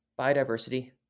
biodiversity